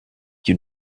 you